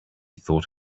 thought